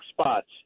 spots